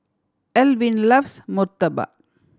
Elvin loves murtabak